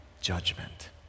judgment